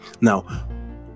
now